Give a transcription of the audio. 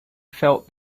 felt